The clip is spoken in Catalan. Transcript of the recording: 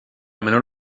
menor